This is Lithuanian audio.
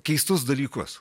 keistus dalykus